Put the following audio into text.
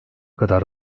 kadar